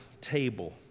table